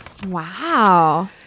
wow